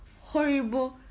horrible